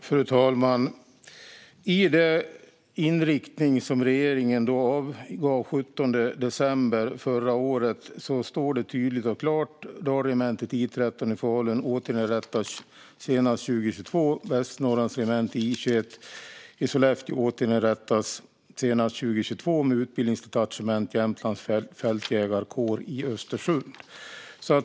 Fru talman! I den inriktning som regeringen avgav den 17 december förra året står det tydligt och klart att Dalregementet I 13 i Falun återinrättas senast 2022 och att Västernorrlands regemente I 21 i Sollefteå återinrättas 2022 med utbildningsdetachement vid Jämtlands fältjägarkår i Östersund.